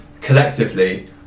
collectively